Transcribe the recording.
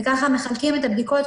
וככה מחלקים את הבדיקות,